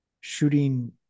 shooting